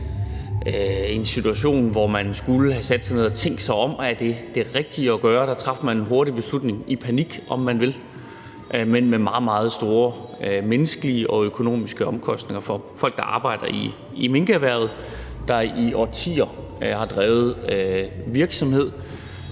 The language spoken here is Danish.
i en situation, hvor man skulle have sat sig ned og tænkt sig om, med hensyn til om det var det rigtige at gøre. Man traf en hurtig beslutning i panik, om man vil, men med meget, meget store menneskelige og økonomiske omkostninger for folk, der arbejder i minkerhvervet, og som i årtier har drevet virksomhed.